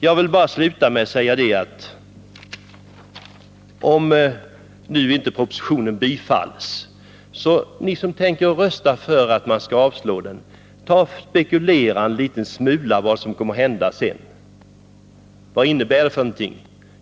Jag vill sluta med att säga att om nu inte propositionen skulle bifallas, så bör ni som tänker rösta för avslag på den spekulera över vad som kommer att hända sedan. Vad innebär ett avslag på propositionen?